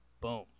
Boom